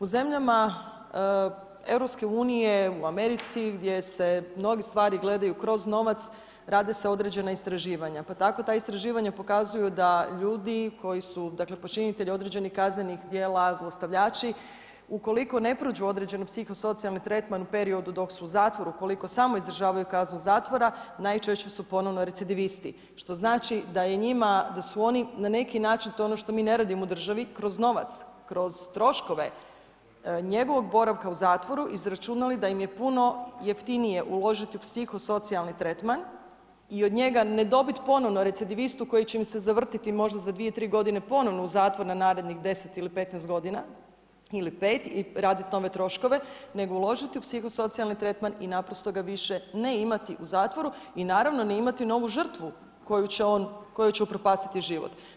U zemljama EU-a, u Americi gdje se mnoge stvari gledaju kroz novac, rade se određena istraživanja pa tako ta istraživanja pokazuju da ljudi koji su, dakle počinitelji određenih kaznenih djela, zlostavljači, ukoliko ne prođu određeni psihosocijalni u periodu dok su u zatvoru, ukoliko samo izdržavaju kaznu zatvora, najčešće su ponovno recidivisti što znači da su oni na neki način, to je ono što mi ne radimo u državi kroz novac kroz troškove njegovog boravka u zatvoru izračunali da im je puno jeftinije uložiti u psihosocijalni tretman i od njega ne dobiti ponovno recidivistu koji će im se zavrtiti možda za 2, 3 godine ponovno u zatvor na narednih 10 ili 15 godina ili 5 i raditi nove troškove nego uložiti u psihosocijalni tretman i naprosto ga više ne imati u zatvoru i naravno ne imati novu žrtvu kojoj će on upropastiti život.